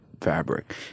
fabric